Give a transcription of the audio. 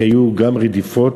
כי היו גם רדיפות,